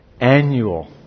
annual